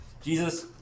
Jesus